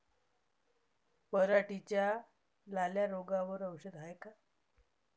पराटीच्या लाल्या रोगावर औषध हाये का?